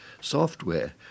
software